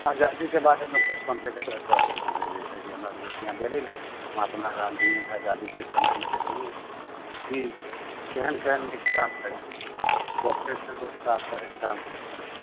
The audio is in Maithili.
आजादीके बारेमे कुछ समझबै लेल कहली हइ जैसे कि हमरासभके याद रहै ने महात्मा गाँधी आजादीके समयमे देखली की केहन केहन नीक काम करैत छेलै हेँ ओ अपनेसँ रोड साफ करयके काज करैत छलै हेँ